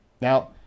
Now